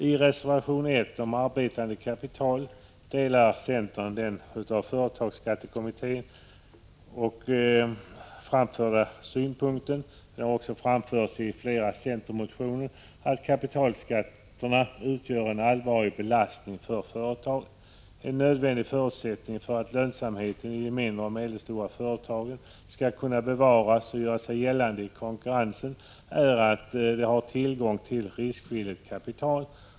I reservation 1 om arbetande kapital framhåller reservanterna att de delar den av företagsskattekommittén och i bl.a. flera centermotioner framförda synpunkten att kapitalskatterna utgör en allvarlig belastning för företagen. En nödvändig förutsättning för att lönsamheten i de mindre och medelstora företagen skall kunna bevaras och för att företagen skall kunna göra sig gällande i konkurrensen är att de har tillgång till riskvilligt kapital.